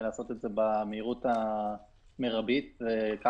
זה לא